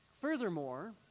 Furthermore